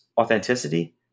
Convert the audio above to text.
authenticity